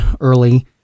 early